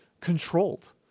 controlled